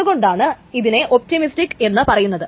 അതു കൊണ്ടാണ് ഇതിനെ ഒപ്റ്റിമിസ്റ്റിക് എന്നു പറയുന്നത്